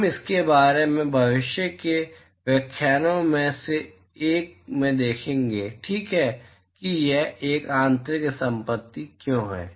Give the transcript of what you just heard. हम इसके बारे में भविष्य के व्याख्यानों में से एक में देखेंगे ठीक है कि यह एक आंतरिक संपत्ति क्यों है